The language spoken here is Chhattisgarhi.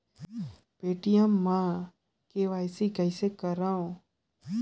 पे.टी.एम मे के.वाई.सी कइसे करव?